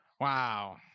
wow